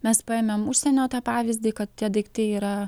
mes paėmėm užsienio tą pavyzdį kad tie daiktai yra